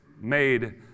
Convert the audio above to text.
made